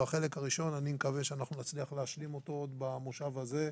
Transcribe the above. ואני מקווה שאת החלק הראשון נצליח להשלים עוד במושב הזה,